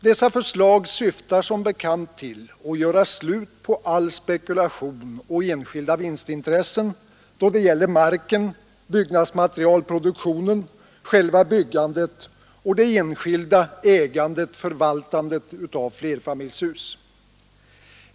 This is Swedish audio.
Dessa förslag syftar som bekant till att göra slut på all spekulation och enskilda vinstintressen då det gäller marken, byggnadsmaterialproduktionen, själva byggandet och det enskilda ägandet/förvaltandet av flerfamiljshus.